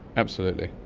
absolutely.